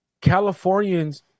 Californians